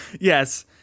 yes